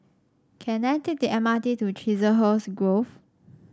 can I take the M R T to Chiselhurst Grove